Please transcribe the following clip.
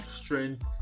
strength